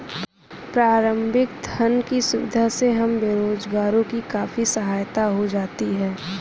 प्रारंभिक धन की सुविधा से हम बेरोजगारों की काफी सहायता हो जाती है